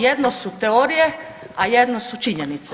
Jedno su teorije, a jedno su činjenice.